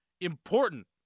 important